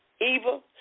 evil